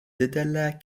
didelę